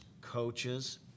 coaches